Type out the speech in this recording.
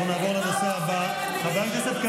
תודה רבה, אדוני.